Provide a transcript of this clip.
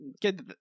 get